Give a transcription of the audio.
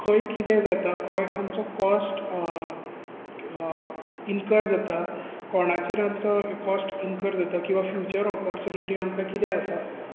खंय कितें जाता खंय आमचो कॉस्ट इन्कर जाता कोणाचेर आमचो कॉस्ट इनकर जाता किंवा फ्युचर ऑपोर्चूनिटी आमकां कितें आसा